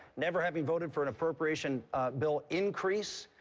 never having voted for an appropriation bill increase.